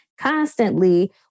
constantly